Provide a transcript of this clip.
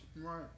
Right